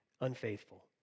unfaithful